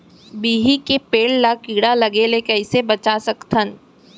बिही के पेड़ ला कीड़ा लगे ले कइसे बचा सकथन?